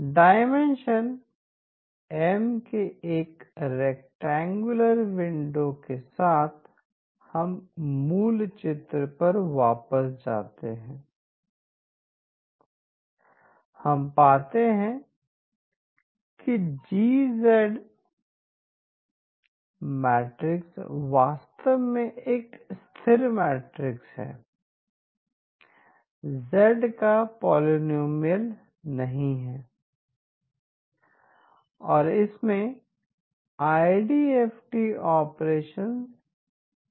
dimension M के एक rectangular window के साथ हम मूल चित्र पर वापस जाते हैं हम पाते हैं कि G मैट्रिक्स वास्तव में एक स्थिर मैट्रिक्स है z का पॉलिनॉमियल नहीं हैं और इसमें आईडीएफटी ऑपरेशन शामिल है